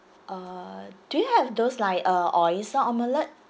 uh do you have those like uh oyster omelette